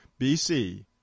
BC